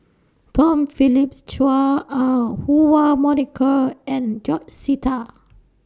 Tom Phillips Chua Ah Huwa Monica and George Sita